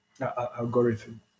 algorithm